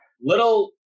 little